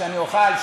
שאני אוכל,